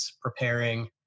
preparing